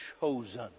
chosen